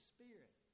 Spirit